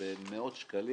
במאות שקלים.